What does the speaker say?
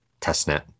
testnet